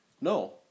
No